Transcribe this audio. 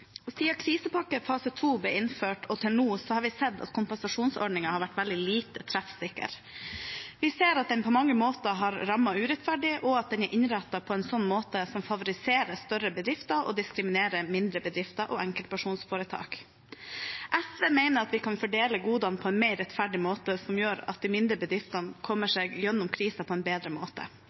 krisepakke fase 2 ble innført, og til nå har vi sett at kompensasjonsordningen har vært veldig lite treffsikker. Vi ser at den på mange måter har rammet urettferdig, og at den er innrettet på en måte som favoriserer større bedrifter og diskriminerer mindre bedrifter og enkeltpersonforetak. SV mener at vi kan fordele godene på en mer rettferdig måte som gjør at de mindre bedriftene kommer seg gjennom krisen på en bedre måte.